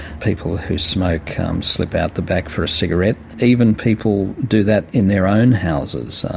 people who smoke um slip out the back for a cigarette even people do that in their own houses,